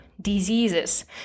Diseases